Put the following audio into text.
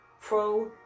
pro